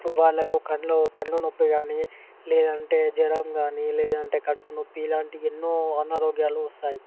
వాళ్లకి కండ్లు కండ్లు నొప్పి కానీ లేదంటే జ్వరం కానీ లేదంటే కడుపు నొప్పి ఇలాంటి ఎన్నో అనారోగ్యాలు వస్తాయి